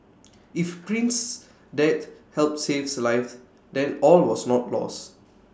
if prince death helps save lives then all was not lost